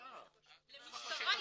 החלטה בדואר.